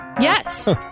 Yes